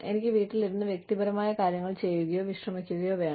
എനിക്ക് വീട്ടിൽ ഇരുന്ന് വ്യക്തിപരമായ കാര്യങ്ങൾ ചെയ്യുകയോ വിശ്രമിക്കുകയോ വേണം